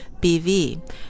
BV